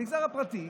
במגזר הפרטי,